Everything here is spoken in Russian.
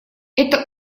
это